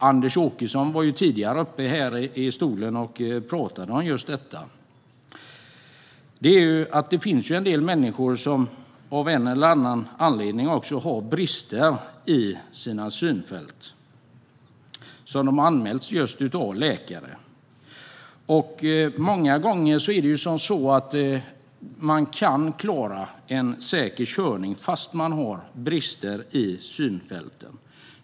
Anders Åkesson var tidigare uppe i talarstolen och talade om samma sak. Det finns en del människor som av en eller annan anledning har brister i sina synfält. De har anmälts av läkare. Många gånger kan man dock klara en säker körning fast man har brister i synfältet.